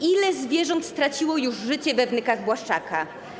Ile zwierząt straciło już życie we wnykach Błaszczaka?